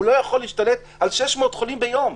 הוא לא יכול להשתלט על 600 חולים ביום.